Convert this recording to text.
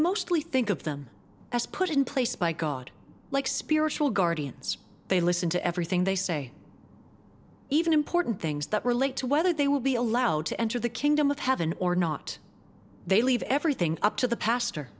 mostly think of them as put in place by god like spiritual guardians they listen to everything they say even important things that relate to whether they will be allowed to enter the kingdom of heaven or not they leave everything up to the pastor